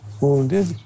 wounded